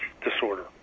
disorder